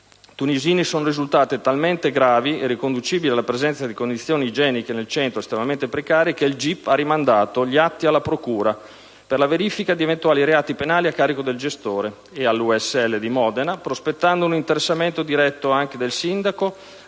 tunisini sono risultate talmente gravi e riconducibili alla presenza di condizioni igieniche nel centro estremamente precarie che il gip ha rimandato gli atti alla procura per la verifica di eventuali reati a carico del gestore e all'AUSL di Modena, prospettando un interessamento diretto anche del sindaco